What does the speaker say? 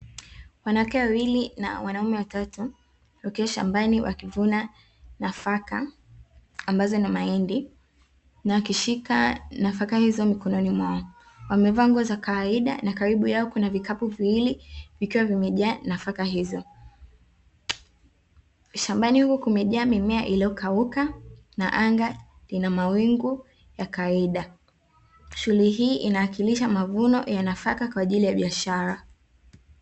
Wanawake wawili na wanaume watatu wakiwa shambani wakivuna nafaka ambazo ni mahindi na wakishika nafaka hizo mikononi mwao. Wamevaa nguo za kawaida na karibu yao kuna vikapu viwili vikiwa vimejaa nafaka hizo. Shambani huko kumejaa mimea iliyokauka na anga ina mawingu ya kawaida. Shughuli hii inawakilisha mavuno ya nafaka kwa ajili ya biashara.